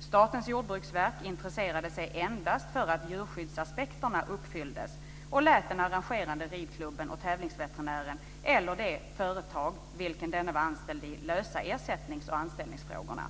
Statens jordbruksverk intresserade sig endast för att djurskyddsaspekterna uppfylldes och lät den arrangerande ridklubben och tävlingsveterinären, eller det företag vilket denne var anställd i, lösa ersättnings och anställningsfrågorna.